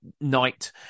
night